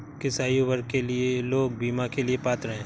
किस आयु वर्ग के लोग बीमा के लिए पात्र हैं?